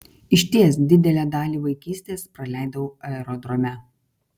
išties didelę dalį vaikystės praleidau aerodrome